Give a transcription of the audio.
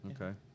Okay